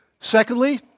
Secondly